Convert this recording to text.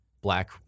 black